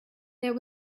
there